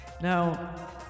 Now